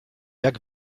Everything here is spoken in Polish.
jak